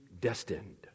destined